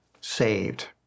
saved